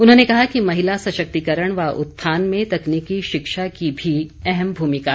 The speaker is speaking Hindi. उन्होंने कहा कि महिला सशक्तिकरण व उत्थान में तकनीकी शिक्षा की भी अहम भूमिका है